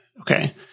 Okay